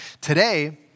today